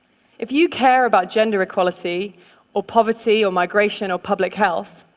if you care about gender equality or poverty or migration or public health,